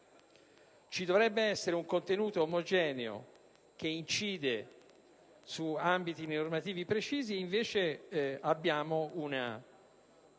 Ci dovrebbe essere un contenuto omogeneo, che incide su ambiti normativi precisi, e invece abbiamo un